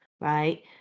right